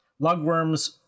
Lugworms